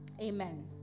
Amen